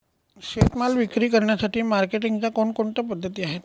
शेतीमाल विक्री करण्यासाठी मार्केटिंगच्या कोणकोणत्या पद्धती आहेत?